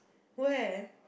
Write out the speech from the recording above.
where